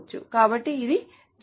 కాబట్టి ఇది జరిగితుంది